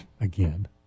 Again